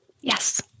Yes